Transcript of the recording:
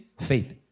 faith